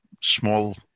small